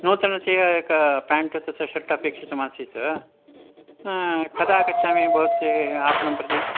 नूतनस्य एकं पेण्ट् तस्य शर्ट् अपेक्षितमासीत् कदा आगच्छामि भवत्याः आपणं प्रति